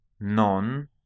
Non